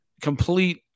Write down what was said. complete